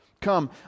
Come